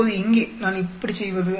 இப்போது இங்கே நான் எப்படி செய்வது